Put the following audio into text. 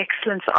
excellence